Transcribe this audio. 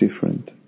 different